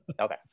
okay